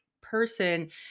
person